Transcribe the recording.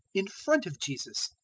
in front of jesus.